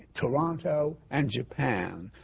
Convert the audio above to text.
toronto and japan.